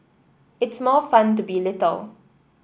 it's more fun to be little